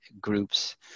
groups